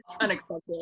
unexpected